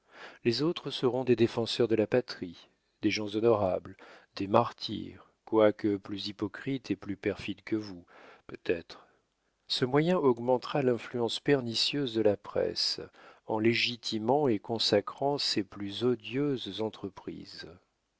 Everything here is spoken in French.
les autres seront des défenseurs de la patrie des gens honorables des martyrs quoique plus hypocrites et plus perfides que vous peut-être ce moyen augmentera l'influence pernicieuse de la presse en légitimant et consacrant ses plus odieuses entreprises